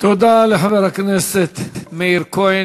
תודה לחבר הכנסת מאיר כהן.